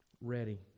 ready